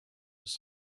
his